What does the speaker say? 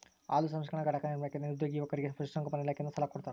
ಹಾಲು ಸಂಸ್ಕರಣಾ ಘಟಕ ನಿರ್ಮಾಣಕ್ಕೆ ನಿರುದ್ಯೋಗಿ ಯುವಕರಿಗೆ ಪಶುಸಂಗೋಪನಾ ಇಲಾಖೆಯಿಂದ ಸಾಲ ಕೊಡ್ತಾರ